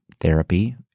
therapy